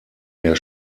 der